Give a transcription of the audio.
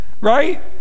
right